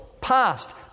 past